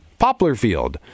Poplarfield